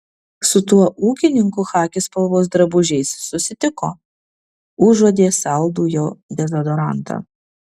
su tuo ūkininku chaki spalvos drabužiais susitiko užuodė saldų jo dezodorantą